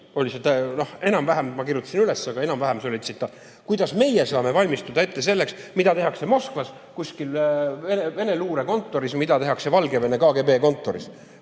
Ma kirjutasin üles, see on enam-vähem tsitaat. Kuidas meie saame valmistuda selleks, mida tehakse Moskvas, kuskil Vene luurekontoris, või mida tehakse Valgevene KGB kontoris?